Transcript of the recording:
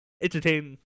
entertain